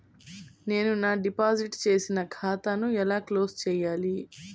నేను నా డిపాజిట్ చేసిన ఖాతాను ఎలా క్లోజ్ చేయాలి?